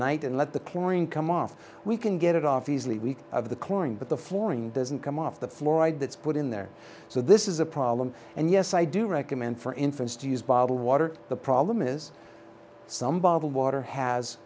night and let the chlorine come off we can get it off easily week of the corn but the flooring doesn't come off the floor i'd that's put in there so this is a problem and yes i do recommend for infants to use bottled water the problem is some bottled water has